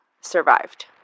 survived